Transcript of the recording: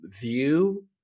view